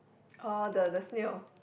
oh the the snail